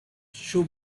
shoe